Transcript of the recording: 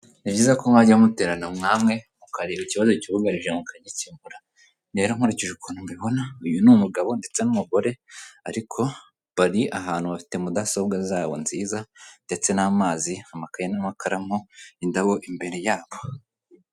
Ni byiza ko mwajya muterana nkamwe mukareba ikibazo cyugarije mukagikemura rero nkurikije ukuntu mbibona uyu ni umugabo ndetse n'umugore ariko bari ahantu bafite mudasobwa zabo nziza ndetse n'amazi amakaye n'amakaramu indabo imbere yabo.